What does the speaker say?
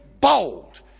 bold